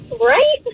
Right